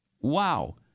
Wow